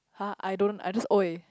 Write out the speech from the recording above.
!huh! I don't I just !oi!